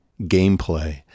gameplay